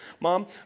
Mom